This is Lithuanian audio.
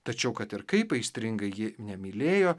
tačiau kad ir kaip aistringai ji nemylėjo